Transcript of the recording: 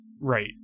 right